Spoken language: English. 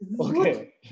Okay